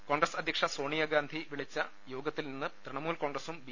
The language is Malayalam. കോൺഗ്രസ് അധ്യക്ഷ സോണിയാഗാന്ധി വിളിച്ച യോഗത്തിൽ നിന്ന് തൃണമൂൽ കോൺഗ്രസും ബി